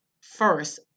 First